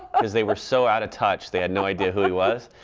because they were so out of touch, they had no idea who he was.